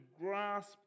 grasp